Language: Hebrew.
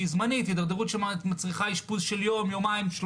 שהיא זמנית הידרדרות שמצריכה אשפוז של יום-יומיים-שלושה-ארבעה,